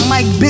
Mike